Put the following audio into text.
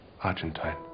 Argentine